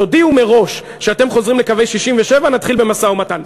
תודיעו מראש שאתם חוזרים לקווי 67' ונתחיל במשא-ומתן.